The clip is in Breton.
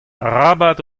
arabat